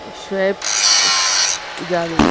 Shoaib Javed